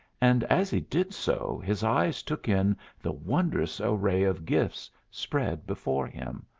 and as he did so his eyes took in the wondrous array of gifts spread before him.